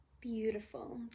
beautiful